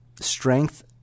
strength